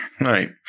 Right